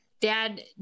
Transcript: dad